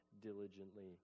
diligently